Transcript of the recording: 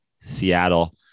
Seattle